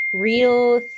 real